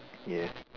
yes